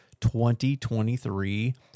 2023